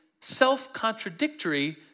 self-contradictory